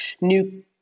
new